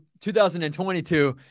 2022